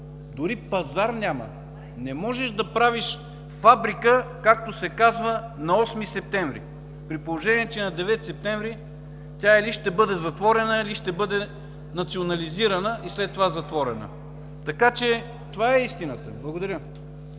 дори и пазар няма. Не можеш да правиш фабрика, както се казва, на 8 септември, при положение, че на 9 септември тя или ще бъде затворена, или ще бъде национализирана и след това затворена. Така че това е истината. Благодаря.